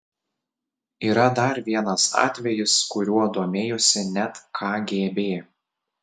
yra dar vienas atvejis kuriuo domėjosi net kgb